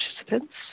participants